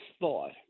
thought